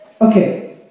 Okay